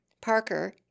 Parker